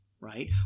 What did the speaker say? right